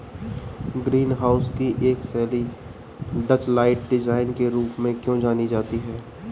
Green house की एक शैली डचलाइट डिजाइन के रूप में क्यों जानी जाती है?